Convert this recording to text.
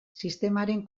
sistemaren